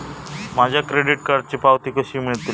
माझ्या क्रेडीट कार्डची पावती कशी मिळतली?